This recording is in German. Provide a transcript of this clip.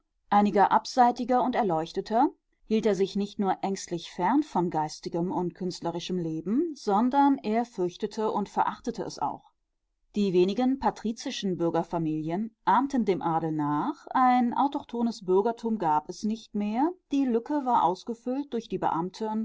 einiger abseitiger und erleuchteter hielt er sich nicht nur ängstlich fern von geistigem und künstlerischem leben sondern er fürchtete und verachtete es auch die wenigen patrizischen bürgerfamilien ahmten dem adel nach ein autochthones bürgertum gab es nicht mehr die lücke war ausgefüllt durch die